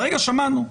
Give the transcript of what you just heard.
כרגע שמענו,